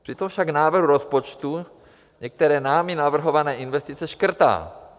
Přitom však návrh rozpočtu některé námi navrhované investice škrtá.